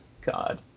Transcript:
God